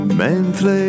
mentre